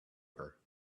her